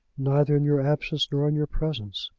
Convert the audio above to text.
neither in your absence nor in your presence.